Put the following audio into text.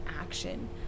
action